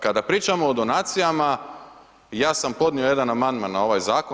Kada pričamo o donacijama ja sam podnio jedan amandman na ovaj zakon.